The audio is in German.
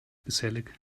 gesellig